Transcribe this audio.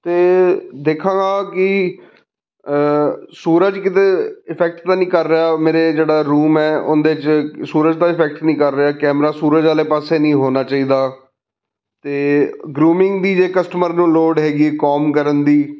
ਅਤੇ ਦੇਖਾਂਗਾ ਕਿ ਸੂਰਜ ਕਿਤੇ ਇਫੈਕਟ ਤਾਂ ਨਹੀਂ ਕਰ ਰਿਹਾ ਮੇਰਾ ਜਿਹੜਾ ਰੂਮ ਹੈ ਉਹਦੇ 'ਚ ਸੂਰਜ ਤਾਂ ਇਫੈਕਟ ਨਹੀਂ ਕਰ ਰਿਹਾ ਕੈਮਰਾ ਸੂਰਜ ਵਾਲੇ ਪਾਸੇ ਨਹੀਂ ਹੋਣਾ ਚਾਹੀਦਾ ਅਤੇ ਗਰੂਮਿੰਗ ਦੀ ਜੇ ਕਸਟਮਰ ਨੂੰ ਲੋੜ ਹੈਗੀ ਹੈ ਕੌਂਬ ਕਰਨ ਦੀ